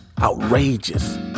Outrageous